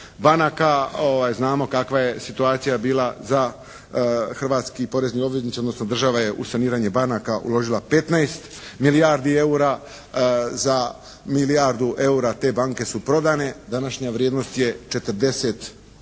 banaka. Znamo kakva je situacija bila za hrvatski porezni obveznici odnosno država je u saniranje banaka uložila 15 milijardi eura, za milijardu eura te banke su prodane. Današnja vrijednost je 40